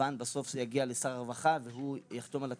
כמובן בסוף זה יגיע לשר הרווחה והוא יחתום על התקנות,